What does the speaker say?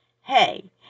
Hey